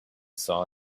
saw